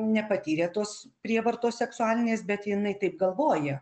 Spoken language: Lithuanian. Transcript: nepatyrė tos prievartos seksualinės bet jinai taip galvoja